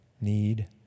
need